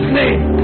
name